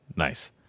Nice